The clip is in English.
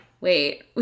wait